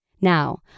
Now